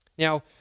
Now